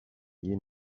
you